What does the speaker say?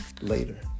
Later